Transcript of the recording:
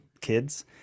kids